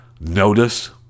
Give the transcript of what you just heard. notice